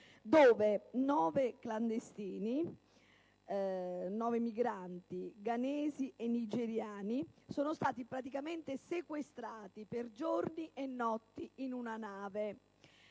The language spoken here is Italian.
nove clandestini, migranti ghanesi e nigeriani, sono stati praticamente sequestrati per giorni e notti in una nave